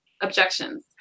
objections